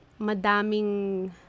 madaming